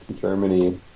Germany